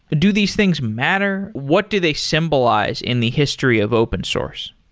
do these things matter? what do they symbolize in the history of open source?